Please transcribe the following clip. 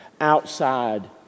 outside